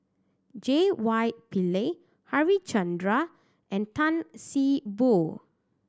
J Y Pillay Harichandra and Tan See Boo